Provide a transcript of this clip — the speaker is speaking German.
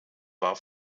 war